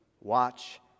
Watch